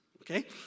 okay